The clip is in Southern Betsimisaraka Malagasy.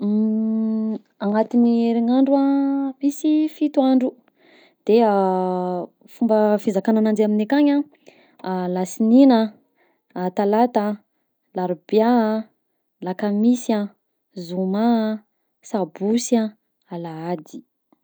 Agnatin'ny herinandro a misy fito andro, deha fomba fizakana ananjy amignay akagny a: alasinainy a; a talata a, larobià, lakamisy a, zoma a, sabosy a, alahady.